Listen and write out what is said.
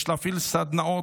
יש להפעיל סדנאות,